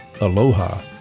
aloha